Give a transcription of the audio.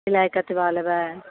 सिलाइ कतबा लेबै